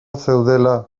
zeudela